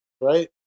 right